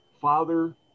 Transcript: father